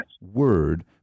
word